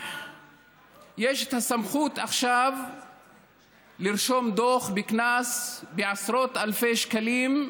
לפקח יש עכשיו את הסמכות לרשום דוח עם קנס של עשרות אלפי שקלים,